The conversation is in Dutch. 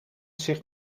zich